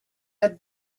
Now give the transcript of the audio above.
had